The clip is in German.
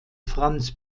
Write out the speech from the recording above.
franz